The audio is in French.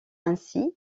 ainsi